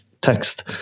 text